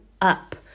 up